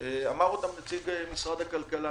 ואמר אותן נציג משרד הכלכלה,